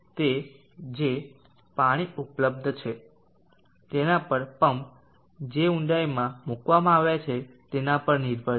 તે જે પાણી ઉપલબ્ધ છે તેના પર પમ્પ જે ઊંડાઈમાં મૂકવામાં આવ્યા છે તેના પર નિર્ભર છે